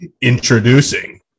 Introducing